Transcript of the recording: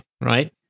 right